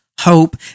hope